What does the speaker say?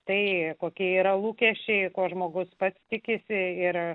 tai kokie yra lūkesčiai ko žmogus pats tikisi ir